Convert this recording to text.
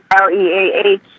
L-E-A-H